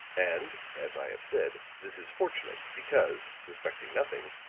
and, as i have said, this is fortunate, because, suspecting nothing,